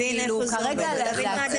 להבין איפה זה עומד.